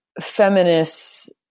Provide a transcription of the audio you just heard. feminists